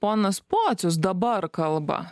ponas pocius dabar kalba